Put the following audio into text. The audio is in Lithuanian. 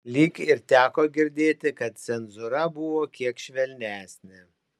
lyg ir teko girdėti kad cenzūra buvo kiek švelnesnė